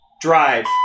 Drive